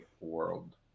world